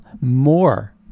more